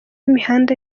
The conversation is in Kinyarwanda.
imihanda